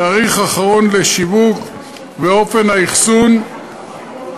התאריך האחרון לשיווק ואופן האחסון,